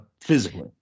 physically